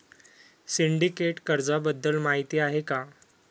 Syndicate कर्जाबद्दल माहिती आहे का?